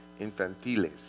infantiles